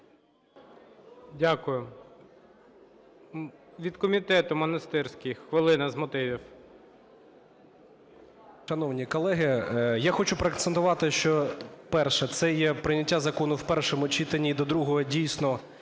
Дякую. Від комітету Монастирський, хвилина з мотивів.